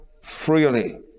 freely